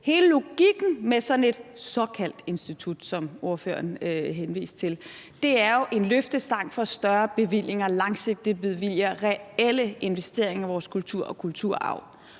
Hele logikken med sådan et såkaldt institut, som ordføreren henviste til, er jo, at det er en løftestang for større bevillinger, langsigtede bevillinger – reelle investeringer i vores kultur og kulturarv.